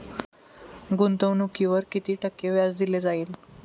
गुंतवणुकीवर किती टक्के व्याज दिले जाईल?